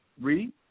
Read